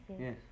yes